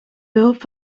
behulp